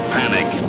panic